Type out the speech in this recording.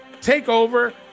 takeover